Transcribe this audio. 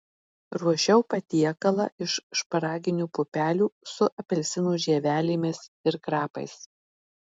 ruošiau patiekalą iš šparaginių pupelių su apelsinų žievelėmis ir krapais